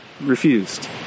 refused